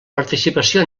participació